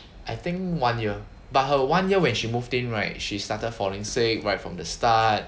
I think one year but her one year when she moved in right she started falling sick right from the start